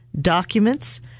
documents